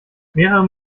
mehrere